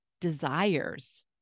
desires